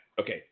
Okay